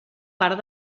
part